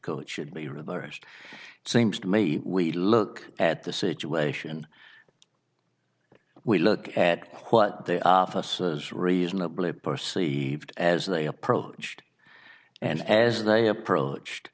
coach should be reversed it seems to me we look at the situation we look at what they are vs reasonably perceived as they approached and as they approached